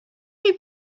chi